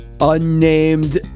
unnamed